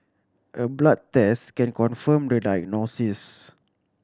a blood test can confirm the diagnosis